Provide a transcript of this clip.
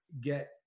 get